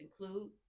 include